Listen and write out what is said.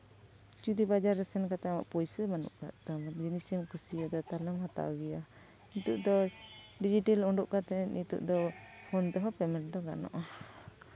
ᱡᱩᱫᱤ ᱵᱟᱡᱟᱨ ᱨᱮ ᱥᱮᱱ ᱠᱟᱛᱮᱫ ᱟᱢᱟᱜ ᱯᱩᱭᱥᱟᱹ ᱵᱟᱹᱱᱩᱜᱼᱟ ᱡᱤᱱᱤᱥ ᱮᱢ ᱠᱩᱥᱤᱭᱟᱫᱟ ᱛᱟᱦᱞᱮ ᱦᱟᱛᱟᱣ ᱜᱮᱭᱟ ᱱᱤᱛᱚᱜ ᱫᱚ ᱰᱤᱡᱤᱴᱮᱞ ᱩᱰᱩᱜ ᱠᱟᱛᱮᱫ ᱱᱤᱛᱚᱜ ᱫᱚ ᱯᱷᱳᱱ ᱛᱮᱦᱚᱸ ᱯᱮᱢᱮᱱᱴ ᱫᱚ ᱜᱟᱱᱚᱜᱼᱟ